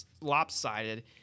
lopsided